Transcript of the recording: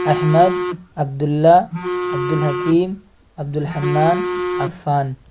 Ahmad Abdullah Abdul Hakim Abdul Hannan Affan